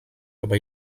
über